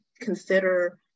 consider